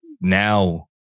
now